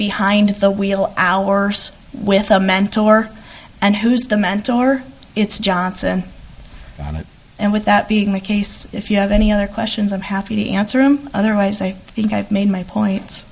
behind the wheel hours with a mentor and who's the mentor it's johnson on it and with that being the case if you have any other questions i'm happy to answer them otherwise i think i've made my points